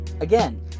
again